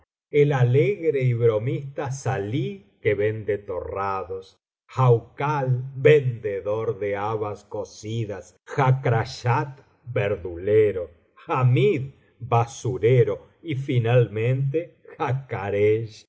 el alegre y bromista salih que vende torrados haukal vendedor de habas cocidas hakraschat verdulero hamid basurero y finalmente